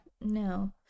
no